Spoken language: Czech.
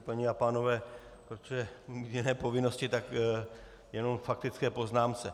Paní a pánové, protože mám i jiné povinnosti, tak jenom k faktické poznámce.